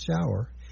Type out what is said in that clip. shower